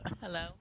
Hello